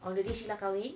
on the day sheila kahwin